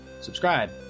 Subscribe